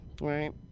right